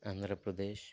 Andhra Pradesh